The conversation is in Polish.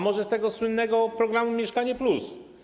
Może z tego słynnego programu „Mieszkanie+”